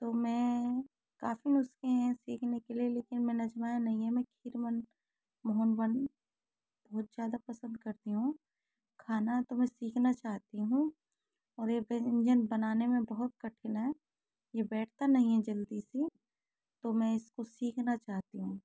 तो मैं काफ़ी नुस्खे हैं सीखने के लिए लेकिन मैंने अजमाया नहीं है मैं खीर मोन मोहन बन बहुत ज़्यादा पसंद करती हूँ खाना तो मैं सीखना चाहती हूँ और यह व्यंजन बनाने में बहुत कठिन है ये बैठता नहीं है जल्दी से तो मैं इसको सीखना चाहती हूँ